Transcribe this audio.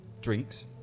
drinks